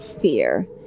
fear